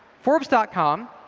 forbes dot com